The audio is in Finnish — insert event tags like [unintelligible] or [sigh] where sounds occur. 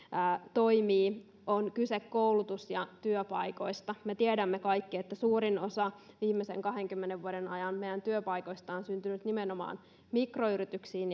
toimivat on kyse koulutus ja työpaikoista me tiedämme kaikki että viimeisten kahdenkymmenen vuoden ajan suurin osa meidän työpaikoistamme on syntynyt nimenomaan mikroyrityksiin [unintelligible]